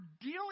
dealing